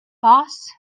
boss